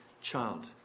child